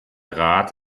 rat